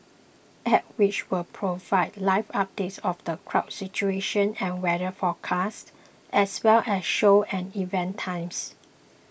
app which will provide live updates of the crowd situation and weather forecast as well as show and event times